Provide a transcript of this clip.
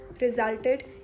resulted